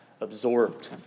absorbed